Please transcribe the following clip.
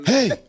Hey